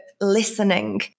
listening